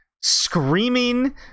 screaming